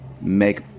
make